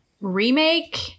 remake